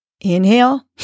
Inhale